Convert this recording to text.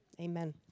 Amen